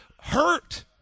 hurt